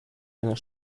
einer